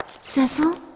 Cecil